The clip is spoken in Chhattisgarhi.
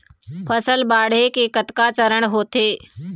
फसल बाढ़े के कतका चरण होथे?